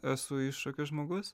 esu iššūkių žmogus